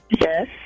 Yes